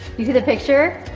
you see the picture?